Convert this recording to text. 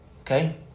Okay